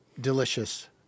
delicious